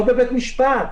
לא בבית המשפט,